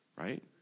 right